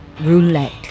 Roulette